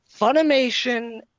Funimation